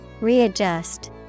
Readjust